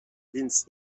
więc